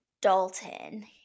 Dalton